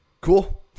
Cool